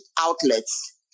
outlets